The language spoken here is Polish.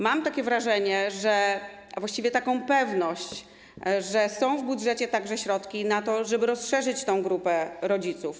Mam takie wrażenia, a właściwie taką pewność, że są w budżecie także środki na to, żeby rozszerzyć tę grupę rodziców.